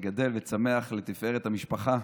גדל וצומח לתפארת המשפחה.